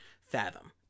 fathom